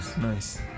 nice